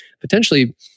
potentially